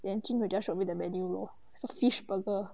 then jean will just show me the menu lor so fish burger